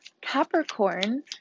Capricorn